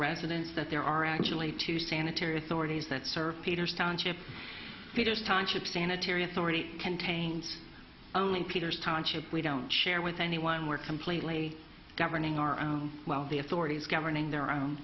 residents that there are actually two sanitary authorities that serve peter's township fitters timeship sanitary authority contains only peter's township we don't share with anyone we're completely governing our own well the authorities governing their own